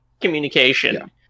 communication